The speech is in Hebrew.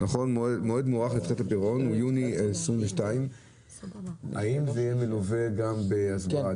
האם זה יהיה מלווה גם בהסברה?